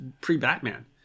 pre-Batman